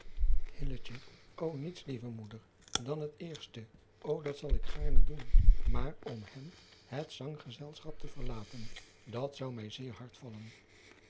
ô niets lieve moeder dan het eerste ô dat zal ik gaarne doen maar om hem het zanggezelschap te verlaten dat zou mij zeer hard vallen